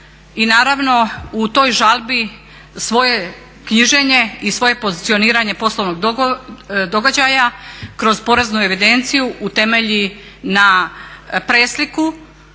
i naravno u toj žalbi svoje knjiženje i svoje pozicioniranje poslovnog događaja kroz poreznu evidenciju utemelji na presliku